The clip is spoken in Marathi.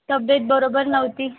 तब्येत बरोबर नव्हती